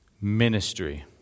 ministry